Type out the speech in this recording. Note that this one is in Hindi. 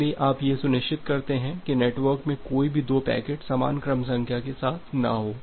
इसलिए आप यह सुनिश्चित करते हैं कि नेटवर्क में कोई भी दो पैकेट समान क्रम संख्या के साथ न हों